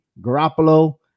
Garoppolo